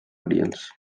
audience